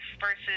versus